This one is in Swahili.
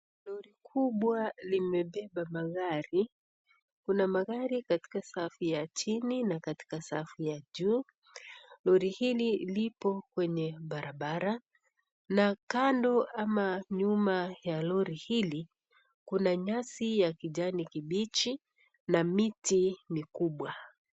Lori kubwa limebeba magari kuna magari katika safu ya chini na katika safu ya juu lori hili lipo kwenye barabara na kando ama nyuma ya lori hili kuna nyasi ya kijani kibichi na miti mikubwa.